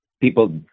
People